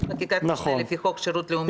חקיקת משנה לפי חוק שירות לאומי-אזרחי.